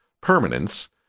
permanence